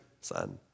son